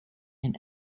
and